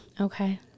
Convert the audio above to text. Okay